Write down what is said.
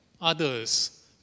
others